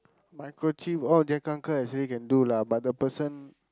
microchip Jack uncle actually can do lah but the person